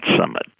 Summit